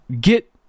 get